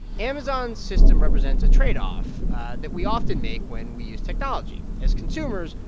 amazon's system represents a trade-off that we often make when we use technology. as consumers,